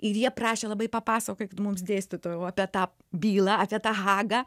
ir jie prašė labai papasakokit mums dėstytojau apie tą bylą apie tą hagą